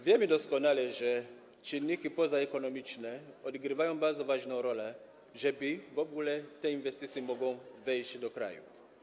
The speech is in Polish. Wiemy doskonale, że czynniki pozaekonomiczne odgrywają bardzo ważną rolę, żeby w ogóle te inwestycje mogły wejść do kraju.